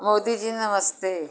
मोदी जी नमस्ते